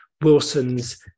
wilson's